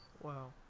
Wow